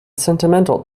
sentimental